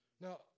Now